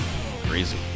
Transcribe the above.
Crazy